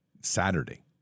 Saturday